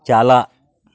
ᱪᱟᱞᱟᱜ